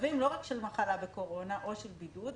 במצבים לא רק של מחלה בקורונה או של בידוד,